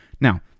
now